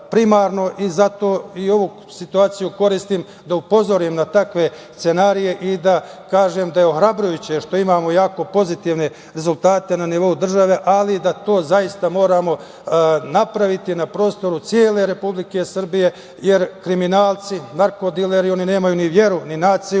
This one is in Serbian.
Zato i ovu situaciju koristim da upozorim na takve scenarije i da kažem da je ohrabrujuće što imamo jako pozitivne rezultate na nivou države, ali da to zaista moramo napraviti na prostoru cele Republike Srbije, jer kriminalci, narko dileri, oni nemaju ni veru ni naciju,